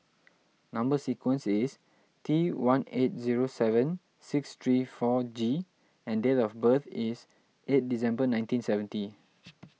Number Sequence is T one eight zero seven six three four G and date of birth is eight December nineteen seventy